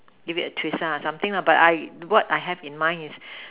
give it a twist something lah but what I have in mind is